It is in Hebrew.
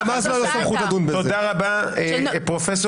פרופ'